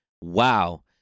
wow